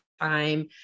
time